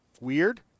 Weird